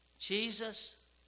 Jesus